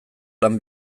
lan